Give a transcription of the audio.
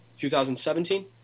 2017